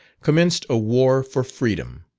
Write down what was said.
commenced a war for freedom.